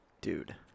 Dude